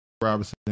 Robinson